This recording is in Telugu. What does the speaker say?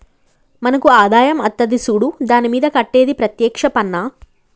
మనకు ఆదాయం అత్తది సూడు దాని మీద కట్టేది ప్రత్యేక్ష పన్నా